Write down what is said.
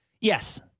yes